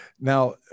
Now